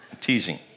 teasing